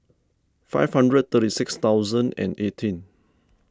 five hundred thirty six thousand and eighteen